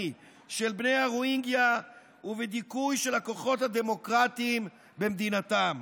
של בני הרוהינגה ובדיכוי של הכוחות הדמוקרטיים במדינתם.